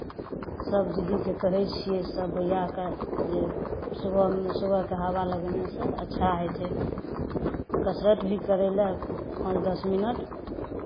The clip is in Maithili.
सभ दीदीकेँ कहै छियै सभ भैयाकेँ जे सुबहमे सुबहके हवा लगौनाइसँ अच्छा होइ छै कसरत भी करय लए पाँच दस मिनट